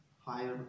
higher